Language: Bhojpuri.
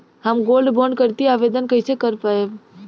हम गोल्ड बोंड करतिं आवेदन कइसे कर पाइब?